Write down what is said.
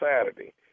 Saturday